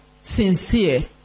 sincere